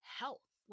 health